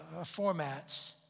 formats